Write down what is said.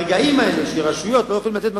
ברגעים האלה שהרשויות לא יכולות לתת משכורות.